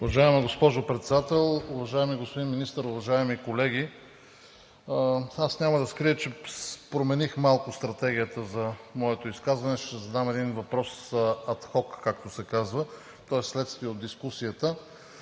Уважаема госпожо Председател, уважаеми господин Министър, уважаеми колеги! Аз няма да скрия, че промених малко стратегията за моето изказване. Ще задам един въпрос, както се казва адхок, тоест следствие от дискусията.